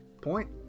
Point